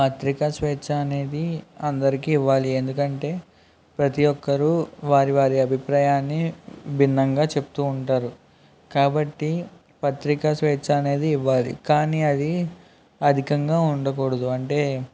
పత్రికా స్వేచ్ఛ అనేది అందరికీ ఇవ్వాలి ఎందుకంటే ప్రతి ఒక్కరూ వారి వారి అభిప్రాయాన్ని భిన్నంగా చెప్తూ ఉంటారు కాబట్టి పత్రికా స్వేచ్ఛ అనేది ఇవ్వాలి కానీ అది అధికంగా ఉండకూడదు అంటే